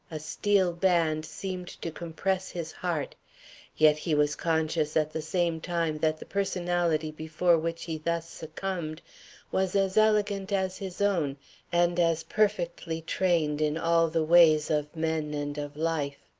a steel band seemed to compress his heart yet he was conscious at the same time that the personality before which he thus succumbed was as elegant as his own and as perfectly trained in all the ways of men and of life.